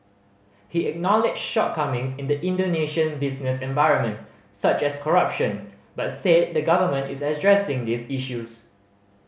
he acknowledged shortcomings in the Indonesian business environment such as corruption but said the government is addressing these issues